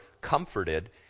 comforted